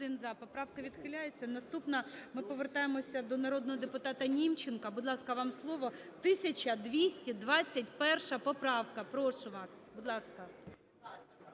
Поправка відхиляється. Наступна, ми повертаємося до народного депутата Німченка, будь ласка, вам слово. 1221 поправка, прошу вас. Будь ласка.